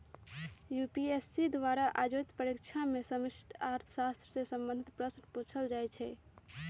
UPSC द्वारा आयोजित परीक्षा में समष्टि अर्थशास्त्र से संबंधित प्रश्न पूछल जाइ छै